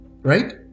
right